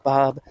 Bob